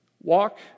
Walk